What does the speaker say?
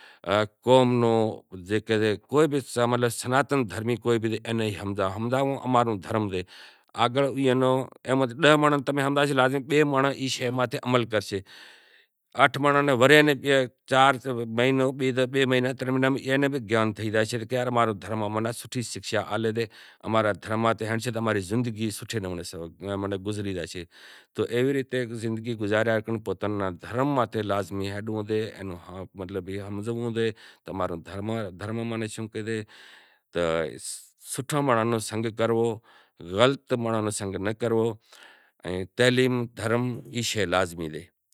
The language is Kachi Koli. قوم نو کے ناں بھ سناتنی دھرم نوں ہمزانڑ اماں نو دھرم سے اگر ڈاہ مانڑاں نوں تمیں ہمزاشو تو بئے مانڑوں ای ماتھے عمل کرشیں۔ اٹھ مانڑوں ناں وڑے بھی چار ترن مہینڑا اینے بھی گیان تھئی زاشے کہ یار اماں رو دھرم امیں سوٹھی شکھشا آلے سے اماں رے دھرم ماتھے ہالشاں تو اماں ری زندگی سوٹھے نمونے گزری زاشے تو ایوے نمونے زندگی گزاریا ہاروں آنپڑے دھرم ماتھے لازمی ہلنڑو شے اماں رو دھرم ماناں شوں کہیسے تہ سوٹھا مانڑاں نو سنگ کرو غلط مانڑاں نو سنگ ناں کرو تو تعلیم ای شے لازمی لے۔